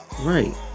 right